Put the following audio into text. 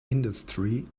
industry